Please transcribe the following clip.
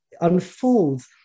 unfolds